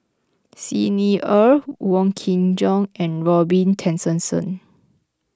Xi Ni Er Wong Kin Jong and Robin Tessensohn